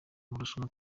marushanwa